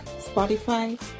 spotify